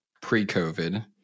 pre-COVID